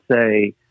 say